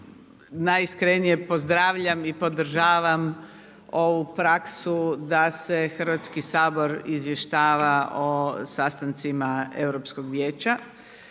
najiskrenije pozdravljam i podržavam ovu praksu da se Hrvatski sabor izvještava o sastancima Europskog vijeća.